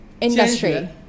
industry